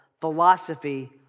philosophy